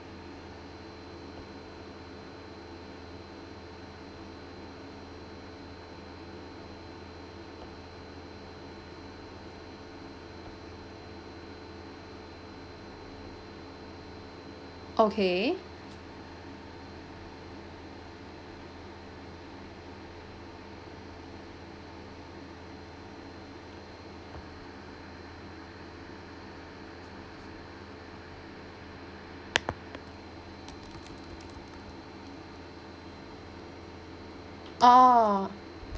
okay oh